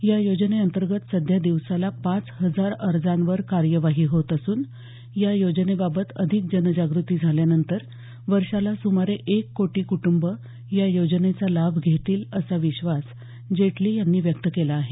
या योजनेअंतर्गत सध्या दिवसाला पाच हजार अर्जांवर कार्यवाही होत असून या योजनेबाबत अधिक जनजागृती झाल्यानंतर वर्षाला सुमारे एक कोटी कुटुंबं या योजनेचा लाभ घेतील असा विश्वास जेटली यांनी व्यक्त केला आहे